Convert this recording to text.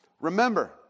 Remember